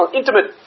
intimate